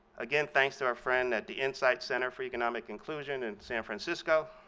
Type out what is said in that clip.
again, thanks to our friend at the insight center for economic conclusion in san francisco